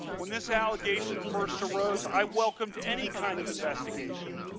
when this allegation first arose, i welcomed any kind of investigation.